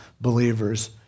believers